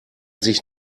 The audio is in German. sich